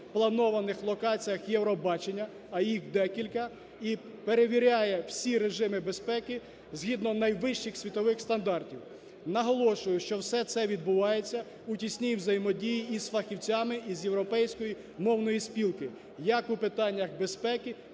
планованих локаціях "Євробачення", а їх декілька і перевіряє всі режими безпеки згідно найвищих світових стандартів. Наголошую, що все це відбувається у тісній взаємодії з фахівцями із Європейської мовної спілки як у питаннях безпеки